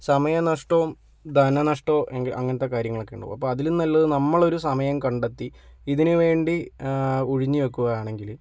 സമയ നഷ്ടവും ധന നഷ്ടവും അങ്ങനെത്തെ കാര്യങ്ങളൊക്കെ ഉണ്ടാകും അപ്പോൾ അതിലും നല്ലത് നമ്മളൊരു സമയം കണ്ടെത്തി ഇതിനു വേണ്ടി ഉഴിഞ്ഞു വെക്കുകയാണെങ്കിൽ